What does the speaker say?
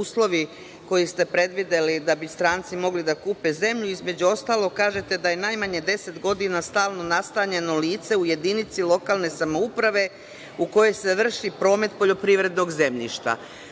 uslovi koje ste predvideli da bi stranci mogli da kupe zemlju. Između ostalog, kažete da je najmanje deset godina stalno nastanjeno lice u jedinici lokalne samouprave u kojoj se vrši promet poljoprivrednog zemljišta. Strah